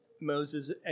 Moses